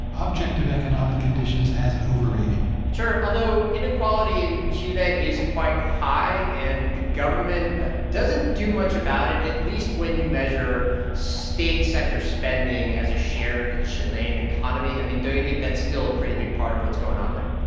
ah objective economic conditions as overrated sure, although inequality in chile is quite high, and the government ah doesn't do much about it, at least least when you measure state sector spending as a share of the chilean economy. i mean, don't you think that's still a pretty big part of what's going on there?